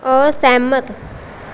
ਅਸਹਿਮਤ